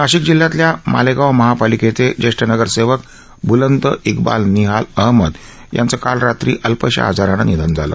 नाशिक जिल्ह्यातल्या मालेगाव महापालिकेचे जेष्ठ नगरसेवक बूलंद इक्बाल निहाल अहमद यांचं काल रात्री अल्पशा आजारानं निधन झालं